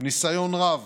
יש ניסיון רב